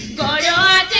da da